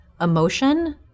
emotion